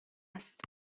است